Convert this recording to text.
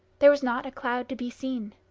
there was not a cloud to be seen.